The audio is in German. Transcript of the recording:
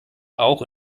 auch